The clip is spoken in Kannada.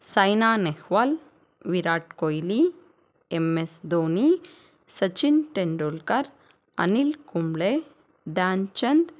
Saina Nehwal Virat Kohli M S Dhoni Sachin Tendulkar Anil Kumble Dhyan Chand